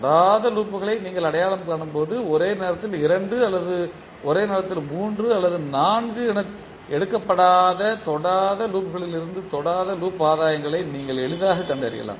தொடாத லூப்களை நீங்கள் அடையாளம் காணும்போது ஒரு நேரத்தில் இரண்டு அல்லது ஒரு நேரத்தில் மூன்று அல்லது நான்கு என எடுக்கப்பட்ட தொடாத லூப்களிலிருந்து தொடாத லூப் ஆதாயங்களை நீங்கள் எளிதாகக் கண்டறியலாம்